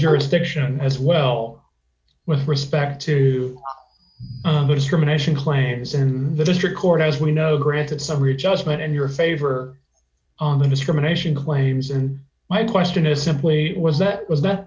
jurisdiction as well with respect to discrimination claims in the district court as we know granted summary judgment in your favor on the discrimination claims and my question is simply was that was that